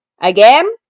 Again